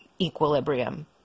equilibrium